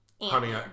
honey